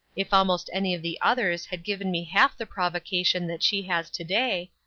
if almost any of the others had given me half the provocation that she has to-day,